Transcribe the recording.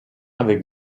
avec